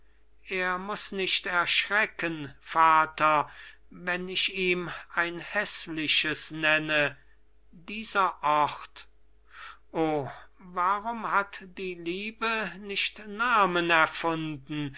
dafür er muß nicht erschrecken vater wenn ich ihm ein häßliches nenne dieser ort o warum hat die liebe nicht namen